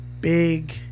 big